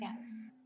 Yes